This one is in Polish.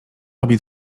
robi